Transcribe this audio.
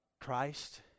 Christ